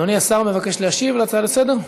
אדוני השר מבקש להשיב על ההצעה לסדר-היום?